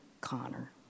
Connor